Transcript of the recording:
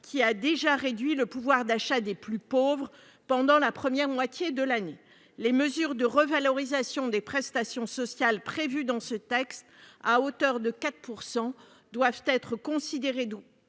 qui a déjà réduit le pouvoir d'achat des plus pauvres pendant la première moitié de l'année. Les mesures de revalorisation des prestations sociales prévues dans ce texte, à hauteur de 4 %, doivent être considérées d'ores